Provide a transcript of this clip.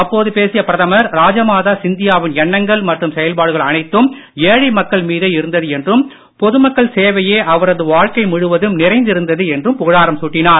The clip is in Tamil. அப்போது பேசிய பிரதமர் ராஜமாதா சிந்தியாவின் எண்ணங்கள் மற்றும் செயல்பாடுகள் அனைத்தும் ஏழை மக்கள் மீதே இருந்தது என்றும் பொதுமக்கள் சேவையே அவரது வாழ்க்கை முழுவதும் நிறைந்திருந்தது என்றும் புகழாரம் சூட்டினார்